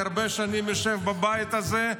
הרבה שנים אני יושב בבית הזה,